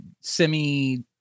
semi